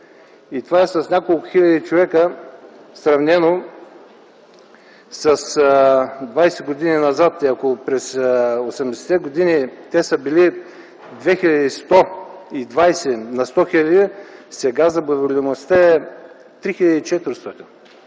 и това е с няколко хиляди човека, сравнено с 20 години назад. Ако през 80-те години те са били 2120 на 100 хил., сега заболеваемостта е 3400.